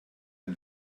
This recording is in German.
ein